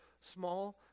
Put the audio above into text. small